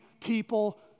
people